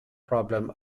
problem